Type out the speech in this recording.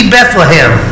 Bethlehem